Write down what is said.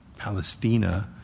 Palestina